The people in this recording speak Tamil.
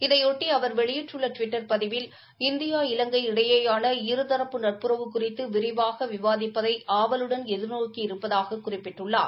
இதையொட்டி அவர் வெளியிட்டுள்ள டுவிட்டர் பதிவில் இந்தியா இலங்கை இடையேயான இருதரப்பு நட்புறவு குறித்து விரிவாக விவாதிப்பதை ஆவலுடன் எதிர்நோக்கியிருப்பதாக குறிப்பிட்டுள்ளார்